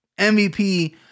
MVP